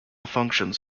functions